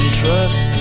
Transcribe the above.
trust